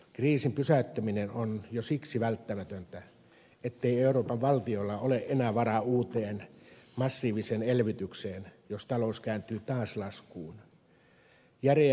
kriisin pysäyttäminen on jo siksi välttämätöntä ettei euroopan valtioilla ole enää varaa uuteen massiiviseen elvytykseen jos talous kääntyy taas laskuun